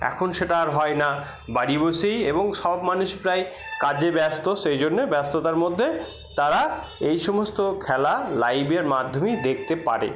এখন সেটা আর হয় না বাড়ি বসেই এবং সব মানুষ প্রায় কাজে ব্যস্ত সেই জন্যে ব্যস্ততার মধ্যে তারা এই সমস্ত খেলা লাইভের মাধ্যমেই দেখতে পারে